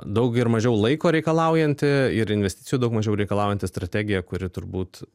daug ir mažiau laiko reikalaujanti ir investicijų daug mažiau reikalaujanti strategija kuri turbūt